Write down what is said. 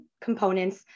components